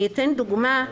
אני אתן דוגמה.